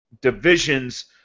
divisions